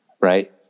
Right